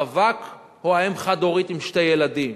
הרווק או האם החד-הורית עם שני ילדים?